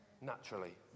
naturally